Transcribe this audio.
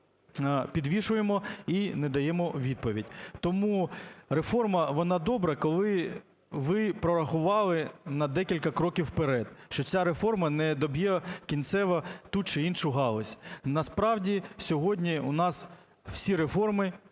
підвішуємо і не даємо відповідь. Тому реформа, вона добра, коли ви прорахували на декілька кроків вперед, що ця реформа не доб'є кінцево ту чи іншу галузь. Насправді, сьогодні у нас всі реформи